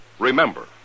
Remember